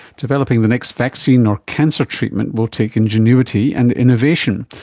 developing the next vaccine or cancer treatment will take ingenuity and innovation.